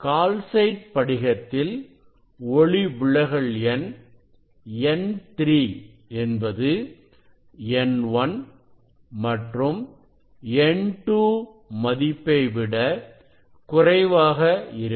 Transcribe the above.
calcite படிகத்தில் ஒளிவிலகல் எண் n3 என்பது n1 மற்றும் n2 மதிப்பை விட குறைவாக இருக்கும்